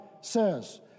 says